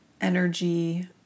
energy